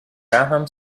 graham